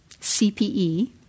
CPE